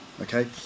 okay